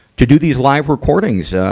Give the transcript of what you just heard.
to do these live recordings, ah,